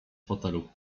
fotelu